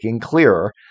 clearer